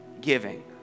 giving